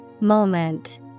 moment